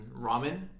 ramen